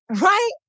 right